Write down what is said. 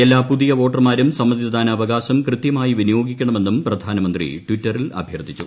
എല്ലാ പുതിയ വോട്ടർമാരും സമ്മതിദാനാവകാശം കൃതൃമായി വിനിയോഗിക്കണമെന്നും പ്രധാനമന്ത്രി ട്വിറ്ററിൽ അഭ്യർത്ഥിച്ചു